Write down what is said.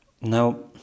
Now